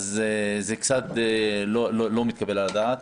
זה קצת לא מתקבל על הדעת.